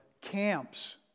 camps